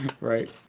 right